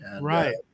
Right